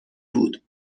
بود